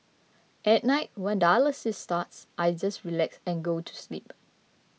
at night when dialysis starts I just relax and go to sleep